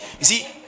see